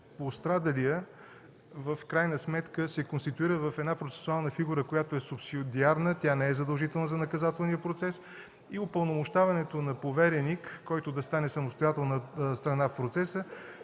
пострадалият в крайна сметка се конституира в една процесуална фигура, която е субсидиарна, тя не е задължителна за наказателния процес и упълномощаването на повереник, който да стане самостоятелна страна в процеса,